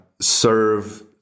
serve